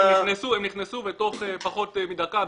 הם נכנסו ותוך פחות מדקה,